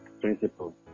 principle